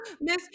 Miss